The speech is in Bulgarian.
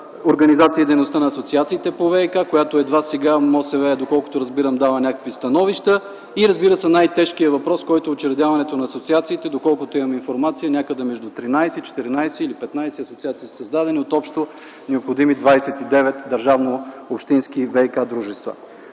организацията и дейността на асоциациите по ВиК, която едва сега Министерството на околната среда и водите, доколкото сега разбирам, дава някакви становища и, разбира се, най-тежкият въпрос, който е учредяването на асоциациите, доколкото имам информация някъде между 13, 14 или 15 асоциации са създадени от общо необходими 29 държавно-общински ВиК-дружества.